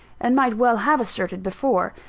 and might well have asserted, before.